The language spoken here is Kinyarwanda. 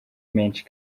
menshi